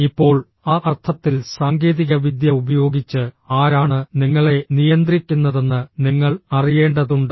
ഇപ്പോൾ ആ അർത്ഥത്തിൽ സാങ്കേതികവിദ്യ ഉപയോഗിച്ച് ആരാണ് നിങ്ങളെ നിയന്ത്രിക്കുന്നതെന്ന് നിങ്ങൾ അറിയേണ്ടതുണ്ട്